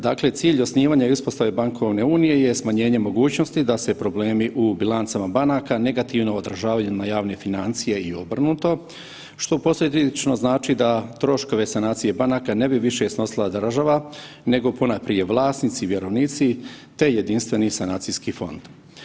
Dakle, cilj osnivanja i uspostave bankovne unije je smanjenje mogućnosti da se problemi u bilancama banaka negativno odražavaju na javne financije i obrnuto, što posljednično znači da troškove sanacije banaka ne bi više snosila država nego ponajprije vlasnici i vjerovnici, te jedinstveni sanacijski fond.